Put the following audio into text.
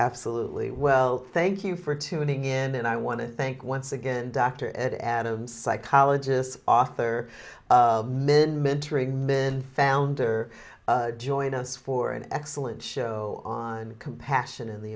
absolutely well thank you for tuning in and i want to thank once again dr ed adams psychologist author min mentoring then founder join us for an excellent show on compassion and the